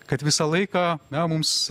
kad visą laiką na mums